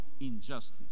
injustice